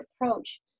approach